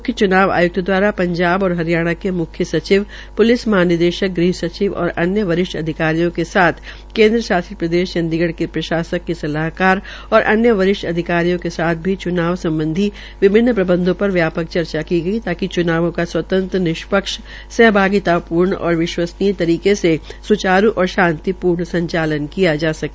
म्ख्य च्नाव आय्क्त दवारा पंजाब और हरियाणा के म्ख्य सचिव प्लिस महानिदेशक गृह सचिव और अन्य वरिष्ठ अधिकारियों के साथ साथ केंद्र शासित प्रदेश चंडीगढ़ के प्रशासक के सलाहकार और अन्य वरिष्ठ अधिकारियों के साथ भी च्नाव संबंधी विभिन्न प्रबंधों पर व्यापक चर्चा की गई ताकि च्नावों का स्वतंत्र निष्पक्ष सहभागितापूर्ण और विश्वसनीय तरीके से स्चारू और शांतिपूर्ण आयोजन किया जा सके